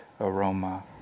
aroma